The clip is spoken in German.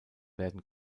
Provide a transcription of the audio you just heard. werden